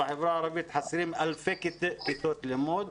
בחברה הערבית חסרות אלפי כיתות לימוד.